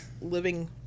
living